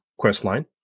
questline